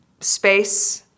space